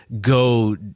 go